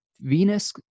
Venus